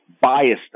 biased